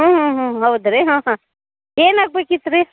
ಹ್ಞೂ ಹ್ಞೂ ಹ್ಞೂ ಹ್ಞೂ ಹೌದು ರೀ ಹಾಂ ಹಾಂ ಏನಾಗ್ಬೇಕಿತ್ತು ರೀ